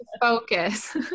focus